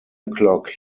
o’clock